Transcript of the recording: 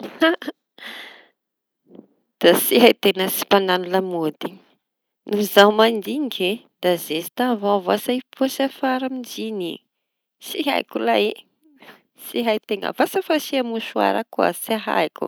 Da tsy hay teña tsy mpañano lamôdy no zaho mandinike da zeste avao vasa pôsy afara amin'ny jiñy iñy. Tsy haiko lay vasa fasia mosara koa tsy haiko.